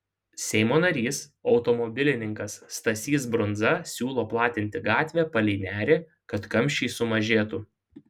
seimo narys automobilininkas stasys brundza siūlo platinti gatvę palei nerį kad kamščiai sumažėtų